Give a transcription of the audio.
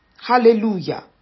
Hallelujah